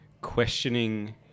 questioning